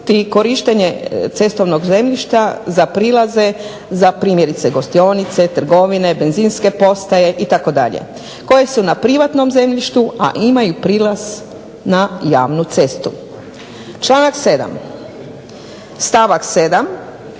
korištenje cestovnog zemljišta za prilaze za primjerice gostionice, trgovine, benzinske postaje itd., koje su na privatnom zemljištu, a imaju prilaz na javnu cestu. Članak 7. stavak 7.